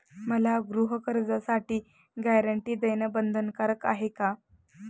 मला गृहकर्जासाठी गॅरंटी देणं बंधनकारक आहे का?